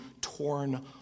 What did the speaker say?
torn